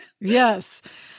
Yes